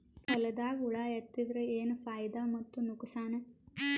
ಹೊಲದಾಗ ಹುಳ ಎತ್ತಿದರ ಏನ್ ಫಾಯಿದಾ ಮತ್ತು ನುಕಸಾನ?